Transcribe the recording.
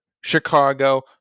Chicago